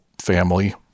family